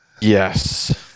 Yes